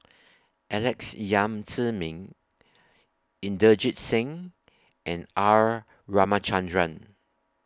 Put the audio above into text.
Alex Yam Ziming Inderjit Singh and R Ramachandran